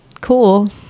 cool